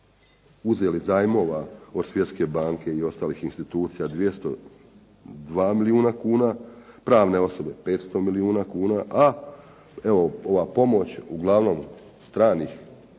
uzeli zajmova od Svjetske banke i ostalih institucija 202 milijuna kuna, pravne osobe 500 milijuna kuna, a evo ova pomoć uglavnom stranih